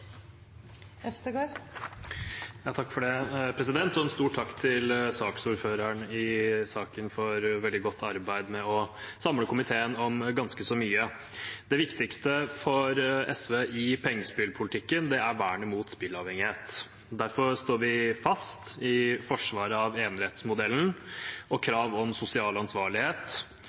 En stor takk til saksordføreren for et veldig godt arbeid med å samle komiteen om ganske så mye. Det viktigste for SV i pengespillpolitikken er vernet mot spillavhengighet. Derfor står vi fast i forsvaret av enerettsmodellen og kravet om sosial ansvarlighet